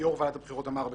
ויו"ר ועדת הבחירות אמר בסדר,